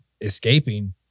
escaping